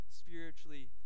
spiritually